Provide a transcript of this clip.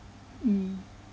mm